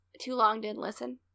too-long-didn't-listen